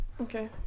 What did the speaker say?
Okay